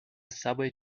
subway